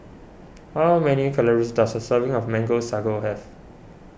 how many calories does a serving of Mango Sago have